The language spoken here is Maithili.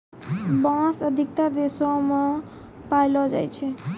बांस अधिकतर देशो म पयलो जाय छै